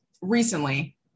recently